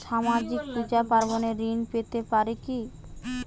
সামাজিক পূজা পার্বণে ঋণ পেতে পারে কি?